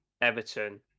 Everton